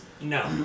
No